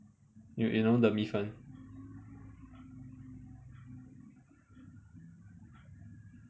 you you know the 米粉